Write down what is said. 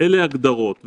אלה ההגדרות,